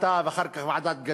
ואחר כך ועדת,